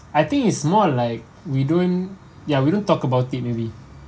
I think it's more like we don't ya we don't talk about it maybe